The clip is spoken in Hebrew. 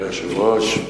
אדוני היושב-ראש,